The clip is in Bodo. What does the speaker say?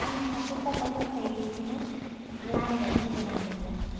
आंनि सासे फंबाय दंखायो बेखौनो रायलायनानै होगोन आं नोंनो